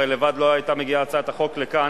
הרי לבד לא היתה מגיעה הצעת החוק לכאן.